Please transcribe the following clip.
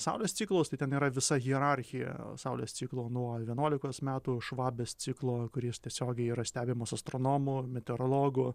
saulės ciklus tai ten yra visa hierarchija saulės ciklo nuo vienuolikos metų švabės ciklo kuris tiesiogiai yra stebimas astronomų meteorologų